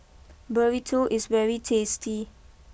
Burrito is very tasty